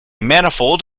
manifold